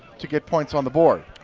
to get points on the board.